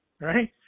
right